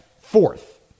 fourth